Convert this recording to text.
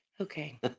Okay